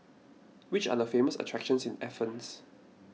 which are the famous attractions in Athens